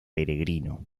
peregrino